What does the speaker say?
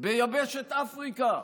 ביבשת אפריקה,